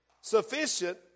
Sufficient